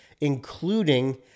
including